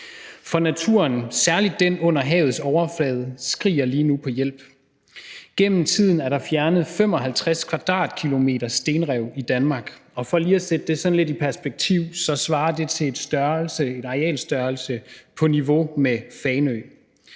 For naturen, særlig den under havets overflade, skriger lige nu på hjælp. Gennem tiden er der fjernet 55 km2 stenrev i Danmark, og for lige at sætte det sådan lidt i perspektiv, svarer det til en arealstørrelse på niveau med Fanø.